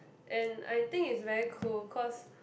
and I think is very cool cause